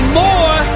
more